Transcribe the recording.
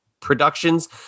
Productions